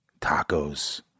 Tacos